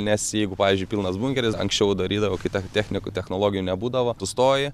nes jeigu pavyzdžiui pilnas bunkeris anksčiau darydavo kai technikų technologijų nebūdavo tu stoji